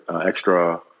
extra